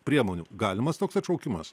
priemonių galimas toks atšaukimas